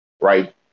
right